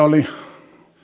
oli